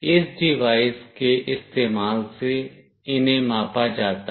इस डिवाइस के इस्तेमाल से इन्हें मापा जाता है